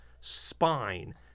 spine